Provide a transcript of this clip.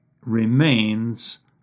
remains